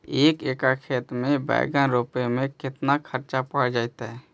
एक एकड़ खेत में बैंगन रोपे में केतना ख़र्चा पड़ जितै?